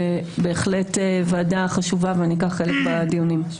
זו בהחלט ועדה חשובה ואני אקח חלק בדיונים.